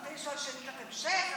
זכותי לשאול שאילתת המשך.